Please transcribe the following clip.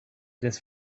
this